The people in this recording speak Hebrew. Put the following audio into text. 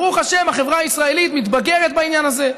ברוך השם, החברה הישראלית מתבגרת בעניין הזה.